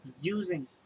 using